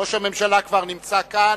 ראש הממשלה כבר נמצא כאן,